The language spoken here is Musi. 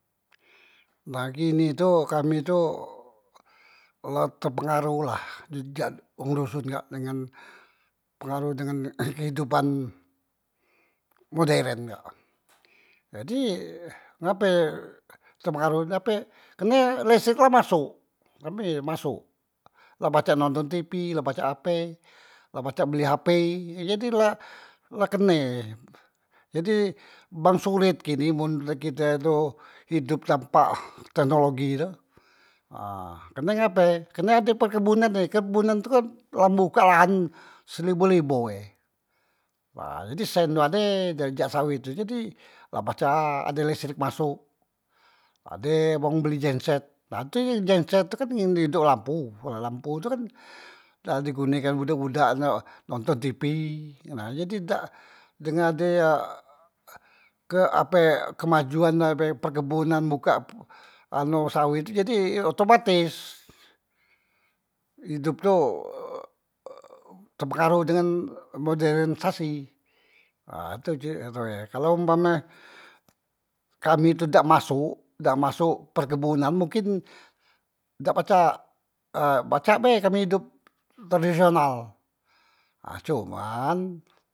Nah kini tu kami tu, la te pengaruh la wong doson kak, dengan pengaruh dengan kehidopan moderen kak, jadi ngape tepengaruh ni ngape karne lestrek la masok, kami masok, la pacak nonton tipi, la pacak ape, la pacak beli hp, jadi la la kene jadi bang sulit kini mun kite tu hidop tanpa teknologi tu, ha karne ngape karne ade perkebunan tadi, perkebunan tu kan la mbuka lahan selibo- libo e, ha jadi sen tu ade jak sawet tu jadi la pacak ade lestrek masok ade wong beli jenset, nah tu jenset tu kan yang di ngidop lampu, la lampu tu kan la digunekan budak- budak nak nonton tipi nah jadi dak dengan ade e ke ape kemajuan ape perkebunan buka anu sawet tu jade otomates idop tu e tepengaroh dengan moderen sasi nah tu ciri tu e, kalu umpame kami tu dak masok, dak masok perkebunan mungkin dak pacak eh, pacak be kami idop tradisional, nah cuman.